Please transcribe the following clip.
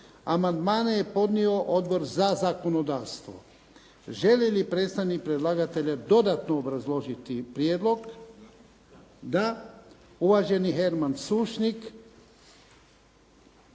Amandmane je podnio Odbor za zakonodavstvo. Želi li predstavnik predlagatelja dodatno obrazložiti prijedlog? Da. Uvaženi Herman Sušnik,